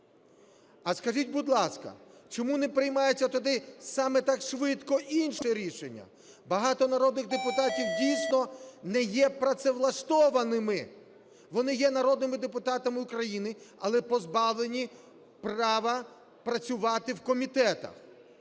А скажіть, будь ласка, чому не приймається тоді саме так швидко інше рішення? Багато народних депутатів дійсно не є працевлаштованими, вони є народними депутатами України, але позбавлені права працювати в комітетах.